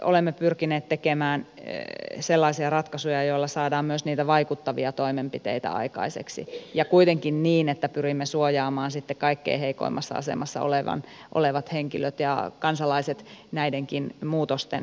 olemme pyrkineet tekemään sellaisia ratkaisuja joilla saadaan myös niitä vaikuttavia toimenpiteitä aikaiseksi ja kuitenkin niin että pyrimme suojaamaan sitten kaikkein heikoimmassa asemassa olevat henkilöt ja kansalaiset näidenkin muutosten keskellä